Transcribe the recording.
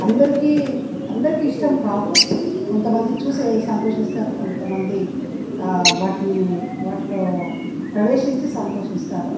అందరికీ అందరికీ ఇష్టం కావు కొంత మంది చూసే సంతోషిస్తారు కొంత మంది వాటిని వాటిలో ప్రవేశించి సంతోషిస్తారు